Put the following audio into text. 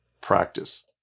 practice